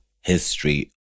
history